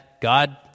God